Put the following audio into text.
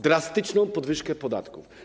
Drastyczną podwyżkę podatków.